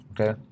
Okay